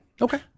Okay